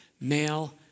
male